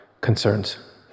concerns